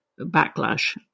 backlash